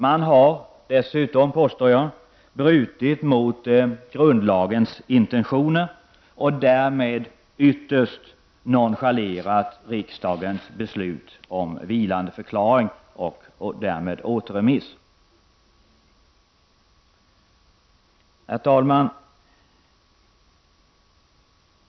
Man har dessutom, påstår jag, brutit mot grundlagens intentioner och därmed nonchalerat riksdagens beslut om vilandeförklaring och återremiss. Herr talman!